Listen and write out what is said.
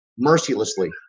mercilessly